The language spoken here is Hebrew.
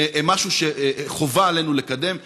זה משהו שחובה עלינו לקדם,